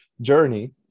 journey